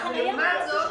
ולעומת זאת,